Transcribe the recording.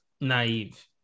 naive